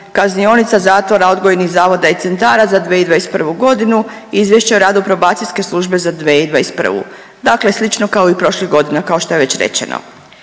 kaznionica, zatvora, odgojnih zavoda i centara za 2021.g. i Izvješće o radu Probacijske službe za 2021., dakle slično kao i prošle godine kao što je već rečeno.